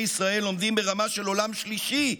ישראל לומדים ברמה של עולם שלישי,